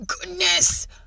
goodness